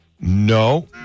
No